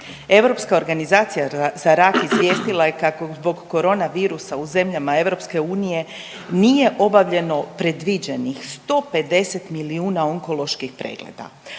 Europska organizacija za rak izvijestila je kako zbog korona virusa u zemlja EU nije obavljeno predviđenih 150 milijuna onkoloških pregleda,